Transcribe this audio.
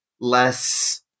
Less